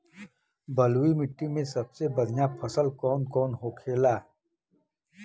बलुई मिट्टी में सबसे बढ़ियां फसल कौन कौन होखेला?